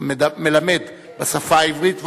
המלמד בשפה העברית והערבית,